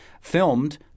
filmed